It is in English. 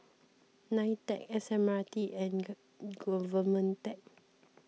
Nitec S M R T and Government Tech